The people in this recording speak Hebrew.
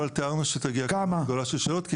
אבל תיארנו שתגיע כמות גדולה של שאלות.